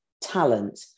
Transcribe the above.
talent